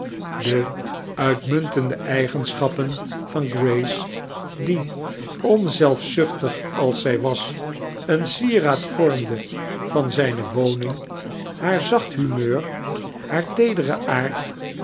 de uitmuntende eigenschappen van grace die oneelfzuchtig als zij was een sieraad vonnde van zijne woning haar zacht hiumeur haar teedere aard